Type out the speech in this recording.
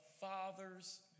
Father's